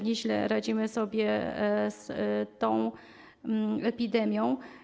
Nieźle radzimy sobie z tą epidemią.